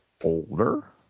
older